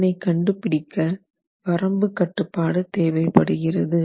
அதனைக் கண்டுபிடிக்க வரம்பு கட்டுப்பாடு தேவை படுகிறது